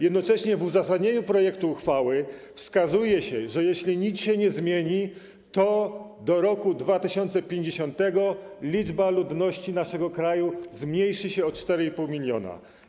Jednocześnie w uzasadnieniu projektu ustawy wskazuje się, że jeśli nic się nie zmieni, to do roku 2050 liczba ludności naszego kraju zmniejszy się o 4,5 mln.